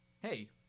hey